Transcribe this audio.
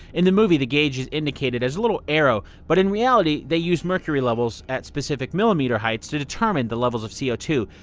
in the movie the gauge is indicated as a little arrow, but in reality they used mercury levels at specific millimeter heights to determine the levels of c o two.